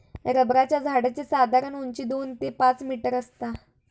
रबराच्या झाडाची साधारण उंची दोन ते पाच मीटर आसता